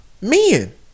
men